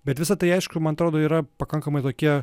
bet visa tai aišku man atrodo yra pakankamai tokie